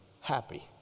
happy